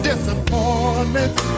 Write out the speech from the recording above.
Disappointments